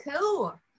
cool